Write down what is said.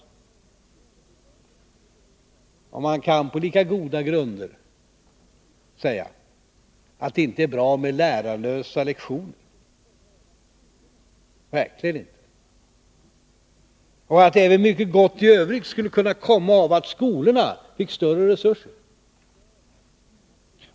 Man kan, på lika goda grunder, hävda att det inte är bra med lärarlösa lektioner — verkligen inte — och att mycket gott även i övrigt skulle kunna komma av att skolorna fick större resurser.